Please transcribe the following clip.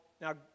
now